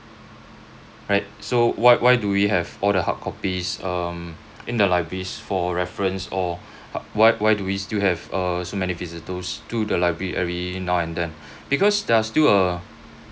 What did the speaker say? right so why why do we have all the hardcopies um in the libraries for reference or why why do we still have uh so many visitors to the library every now and then because there are still a